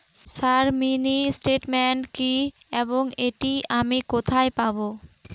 Sir mini statement কি এবং এটি আমি কোথায় পাবো?